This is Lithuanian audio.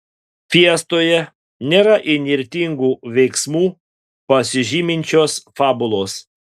fiestoje nėra įnirtingu veiksmu pasižyminčios fabulos